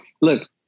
Look